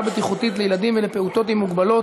בטיחותית לילדים ולפעוטות עם מוגבלות